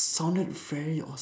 sounded very awes~